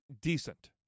decent